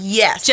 yes